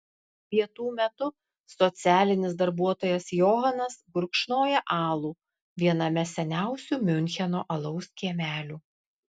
pietų metu socialinis darbuotojas johanas gurkšnoja alų viename seniausių miuncheno alaus kiemelių